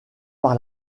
par